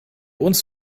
uns